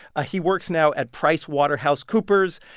ah he works now at pricewaterhousecoopers.